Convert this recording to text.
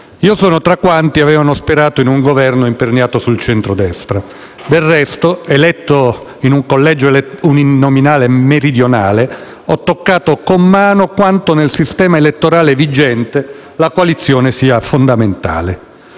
io sono tra quanti avevano sperato in un Governo imperniato sul centrodestra. Del resto, eletto in un collegio uninominale meridionale, ho toccato con mano quanto nel sistema elettorale vigente la coalizione sia fondamentale.